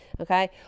okay